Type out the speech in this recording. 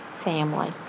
family